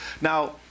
Now